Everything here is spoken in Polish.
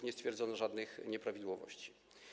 Nie stwierdzono żadnych nieprawidłowości.